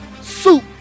soup